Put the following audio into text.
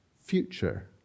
future